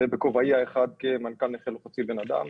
זה בכובעי האחד כמנכ"ל נכה לא חצי בן אדם.